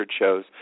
shows